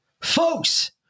Folks